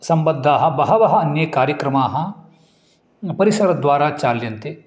सम्बद्धाः बहवः अन्ये कार्यक्रमाः परिसरद्वारा चाल्यन्ते